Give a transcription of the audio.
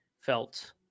felt